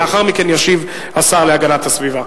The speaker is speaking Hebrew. לאחר מכן ישיב השר להגנת הסביבה.